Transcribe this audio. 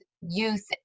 youth